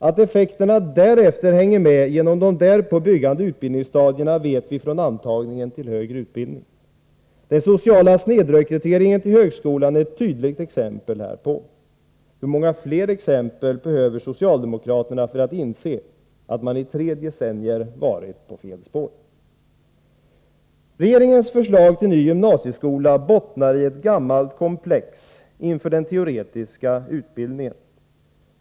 Att effekterna därefter hänger med genom de därpå byggande utbildningsstadierna vet vi från antagningen till högre utbildning. Den sociala snedrekryteringen till högskolan är ett tydligt exempel härpå. Hur många fler exempel behöver socialdemokraterna för att inse att man i tre decennier varit på fel spår? Regeringens förslag till ny gymnasieskola bottnar i ett gammalt komplex inför den teoretiska utbildningen.